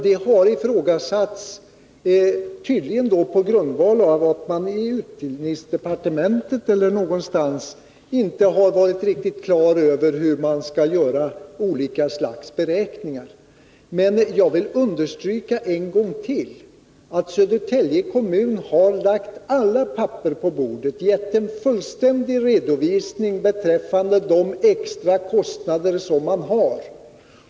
Det harifrågasatts på grundval av att man i utbildningsdepartementet eller någon annanstans inte varit riktigt klar över hur man skulle göra olika slags beräkningar. Men jag vill understryka en gång till att Södertälje kommun lagt alla papper på bordet och gett fullständig redovisning beträffande de extra kostnader som man har.